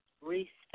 Respect